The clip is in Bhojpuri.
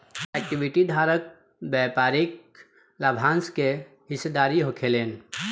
इक्विटी धारक व्यापारिक लाभांश के हिस्सेदार होखेलेन